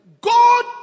God